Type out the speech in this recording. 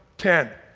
ten.